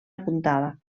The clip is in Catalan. apuntada